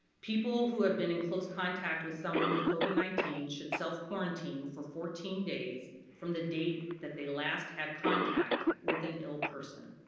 people who have been in close contact with someone with covid nineteen should self quarantine for fourteen days from the date that they last had contact with an ill person.